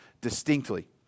distinctly